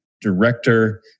director